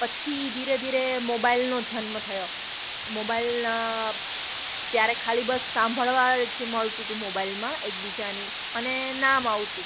પછી ધીરે ધીરે મોબાઈલનો જન્મ થયો મોબાઇલમાં ત્યારે ખાલી બસ સાંભળવા જ મળતુંતું મોબાઇલમાં એકબીજાની અને નામ આવતું